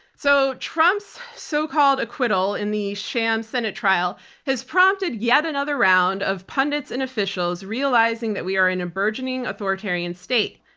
so trump's so-called acquittal in the sham senate trial has promoted yet another round of pundits and officials realizing that we are in a burgeoning authoritarian state.